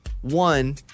One